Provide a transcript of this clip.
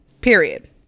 period